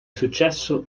successo